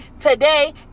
today